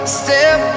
step